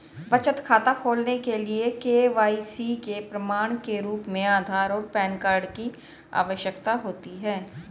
बचत खाता खोलने के लिए के.वाई.सी के प्रमाण के रूप में आधार और पैन कार्ड की आवश्यकता होती है